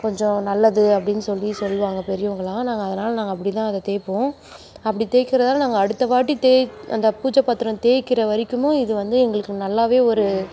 கொஞ்சம் நல்லது அப்படின்னு சொல்லி சொல்லுவாங்க பெரியவங்கலாம் நாங்கள் அதனால் நாங்கள் அப்படிதான் அதை தேய்ப்போம் அப்படி தேய்கிறதால் நாங்கள் அடுத்த வாட்டி தேய் அந்த பூஜை பாத்திரம் தேய்கிற வரைக்கும் இது வந்து எங்களுக்கு நல்லாவே ஒரு